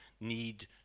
need